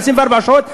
24 שעות,